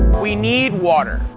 we need water.